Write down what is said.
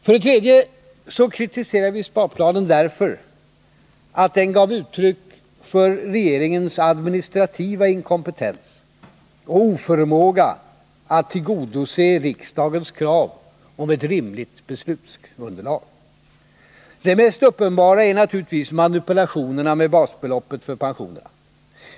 För det tredje kritiserar vi sparplanen därför att den ger uttryck för regeringens administrativa inkompetens och oförmåga att tillgodose riksdagens krav om rimliga beslutsunderlag. Det mest uppenbara är naturligtvis manipulationerna med basbeloppet för pensionerna.